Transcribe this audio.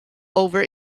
over